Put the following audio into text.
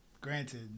granted